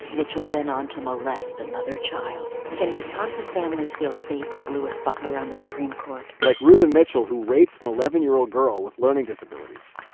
mitchell went on to molest another child. can wisconsin families feel safe with louis butler on the supreme court? like reuben lee mitchell, who raped an eleven year old girl with learning disabilities.